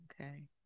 Okay